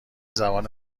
زبان